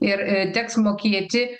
ir teks mokėti